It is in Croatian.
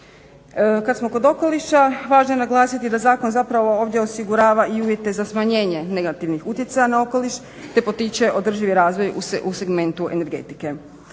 Kad smo kod okoliša važno je naglasiti da zakon zapravo ovdje osigurava i uvjete za smanjenje negativnih utjecaja na okoliš te potiče održivi razvoj u segmentu energetike.